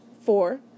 Four